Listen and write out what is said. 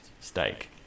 stake